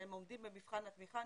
שהם עומדים במבחן התמיכה.